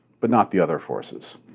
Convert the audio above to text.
but not the other forces.